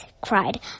cried